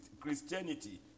Christianity